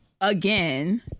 again